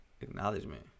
acknowledgement